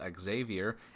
Xavier